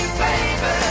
baby